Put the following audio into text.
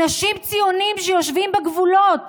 אנשים ציונים שיושבים בגבולות